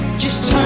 just